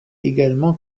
également